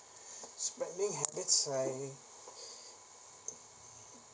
spending habits I